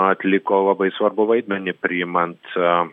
atliko labai svarbų vaidmenį priimant